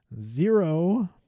zero